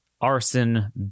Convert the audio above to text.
arson